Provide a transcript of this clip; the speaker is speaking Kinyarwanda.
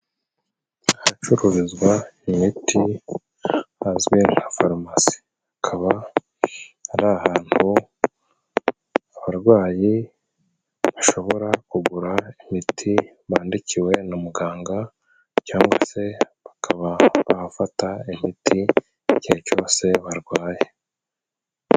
Ahacururizwa imiti hazwi nka farumasi. Hakaba ari ahantu abarwayi bashobora kugura imiti bandikiwe na muganga, cyangwa se bakaba bafata imiti igihe cyose barwaye.